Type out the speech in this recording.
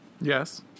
Yes